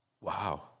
wow